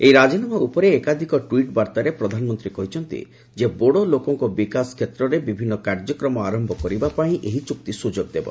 ଏହି ରାଜିନାମା ଉପରେ ଏକାଧିକ ଟ୍ୱିଟ୍ ବାର୍ତ୍ତାରେ ପ୍ରଧାନମନ୍ତ୍ରୀ କହିଛନ୍ତି ଯେ ବୋଡୋ ଲୋକଙ୍କ ବିକାଶ କ୍ଷେତ୍ରରେ ବିଭିନ୍ନ କାର୍ଯ୍ୟକ୍ରମ ଆରମ୍ଭ କରିବା ପାଇଁ ଏହି ଚୁକ୍ତି ସୁଯୋଗ ଦେବ